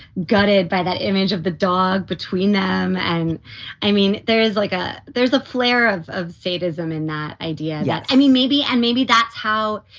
gutted by that image of the dog between them. and i mean, there is like a there's a flair of of sadism in that idea. yeah. i mean, maybe and maybe that's how,